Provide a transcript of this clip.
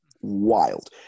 wild